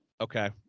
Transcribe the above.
Okay